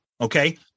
Okay